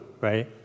right